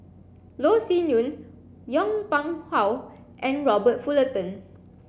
Loh Sin Yun Yong Pung How and Robert Fullerton